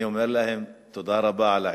אני אומר להם: תודה רבה על העצה,